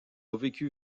vécu